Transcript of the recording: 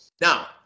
Now